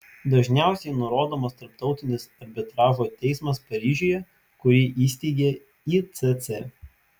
dažniausiai nurodomas tarptautinis arbitražo teismas paryžiuje kurį įsteigė icc